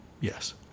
Yes